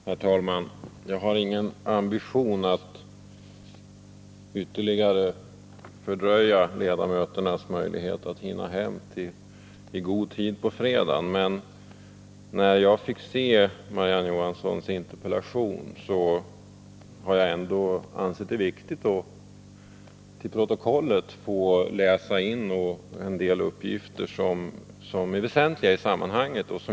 Herr talman! Jag har ingen ambition att ytterligare försämra ledamöternas 28 november. 1980 möjligheter att hinna hem i god tid på fredagen. Men när jag fick se Marie-Ann Johanssons interpellation menade jag ändå att det var viktigt att till protokollet få läsa in en del uppgifter som är väsentliga i sammanhanget.